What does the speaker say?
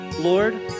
Lord